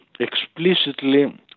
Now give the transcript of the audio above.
explicitly